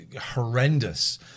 horrendous